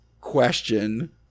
question